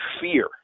fear